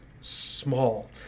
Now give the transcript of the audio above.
small